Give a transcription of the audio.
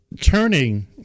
Turning